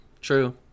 True